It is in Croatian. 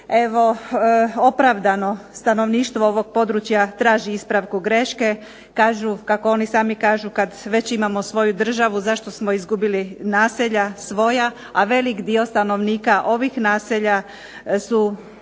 Evo opravdano stanovništvo ovog područja traži ispravku greške, kažu, kako oni sami kažu kad već imamo svoju državu zašto smo izgubili naselja svoja, a velik dio stanovnika ovih naselja su